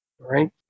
right